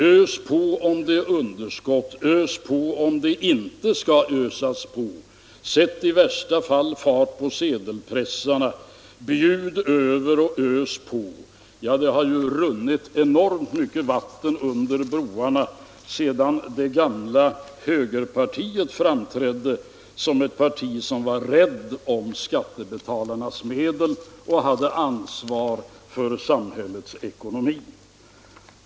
Ös på om det är underskott, ös på om det inte finns någon som helst anledning att ösa på! Sätt i värsta fall fart på sedelpressarna! Bjud över och ös på! Ja, det har ju runnit enormt mycket vatten under broarna sedan det gamla högerpartiet framträdde som ett parti där man var rädd om skattebetalarnas medel och hade ansvar för samhällets ekonomi.